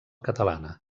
catalana